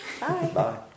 Bye